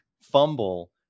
fumble